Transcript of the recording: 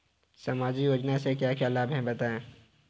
सामाजिक योजना से क्या क्या लाभ हैं बताएँ?